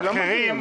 אני לא מבין.